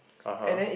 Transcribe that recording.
(uh huh)